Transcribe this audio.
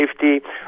safety